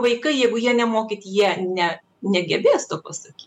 vaikai jeigu jie nemokyti jie ne negebės to pasakyt